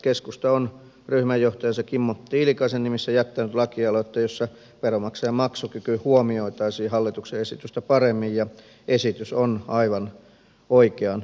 keskusta on ryhmänjohtajansa kimmo tiilikaisen nimissä jättänyt lakialoitteen jossa veronmaksajan maksukyky huomioitaisiin hallituksen esitystä paremmin ja esitys on aivan oikeansuuntainen